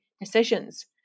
decisions